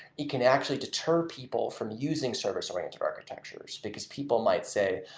it can actually deter people from using service-oriented architectures, because people might say,